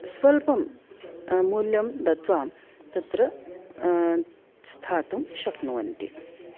स्वल्पं मूल्यं दत्वा तत्र स्थातुं शक्नुवन्ति